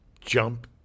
jump